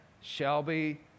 Shelby